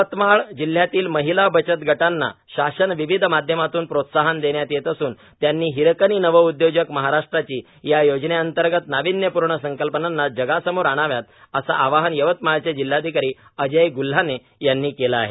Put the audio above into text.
यवतमाळ जिल्हयातील महिला बचत गटांना विविध शासन माध्यमातून प्रोत्साहन देण्यात येत असून त्यांनी हिरकणी नव उद्योजक महाराष्ट्राची या योजनेअंतर्गत नाविण्यपूर्ण संकल्पना जगासमोर आणाव्या असं आवाहन यवतमाळचे जिल्हाधिकारी अजय ग्ल्हाने यांनी केलं आहे